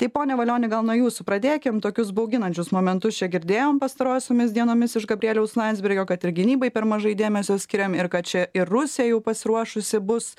tai pone valioni gal nuo jūsų pradėkim tokius bauginančius momentus čia girdėjom pastarosiomis dienomis iš gabrieliaus landsbergio kad ir gynybai per mažai dėmesio skiriam ir kad čia ir rusija jau pasiruošusi bus